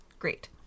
Great